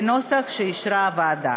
בנוסח שאישרה הוועדה.